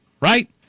right